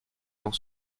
dans